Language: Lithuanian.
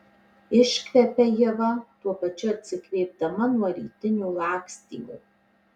iškvepia ieva tuo pačiu atsikvėpdama nuo rytinio lakstymo